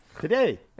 Today